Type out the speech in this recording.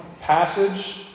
passage